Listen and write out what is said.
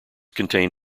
contain